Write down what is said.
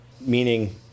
Meaning